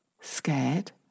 scared